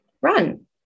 run